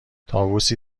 طاووسی